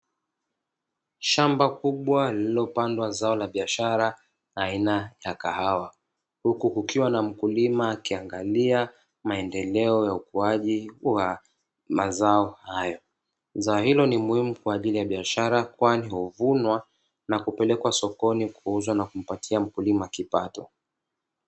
Shamba kubwa lililopandwa zao la biashara la aina ya kahawa, huku kukiwa na mkulima akiangalia maendeleo ya ukuaji wa mazao hayo. Zao hili ni muhimu kwa ajili ya biashara kwani huvunwa na kupelekwa sokoni kuuzwa, na kumpatia mkulima kipato.